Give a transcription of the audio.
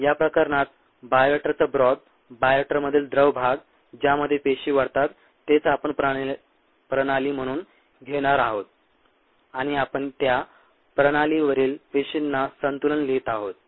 या प्रकरणात बायोरिएक्टरचा ब्रॉथ बायोरिएक्टरमधील द्रव भाग ज्यामध्ये पेशी वाढतात तेच आपण प्रणाली म्हणून घेणार आहोत आणि आपण त्या प्रणालीवरील पेशींवर संतुलन लिहित आहोत